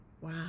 wow